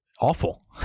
Awful